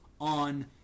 on